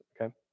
okay